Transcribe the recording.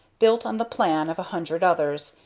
built on the plan of a hundred others,